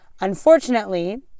unfortunately